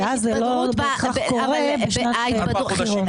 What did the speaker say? ואז זה לא בהכרח קורה בשנת בחירות.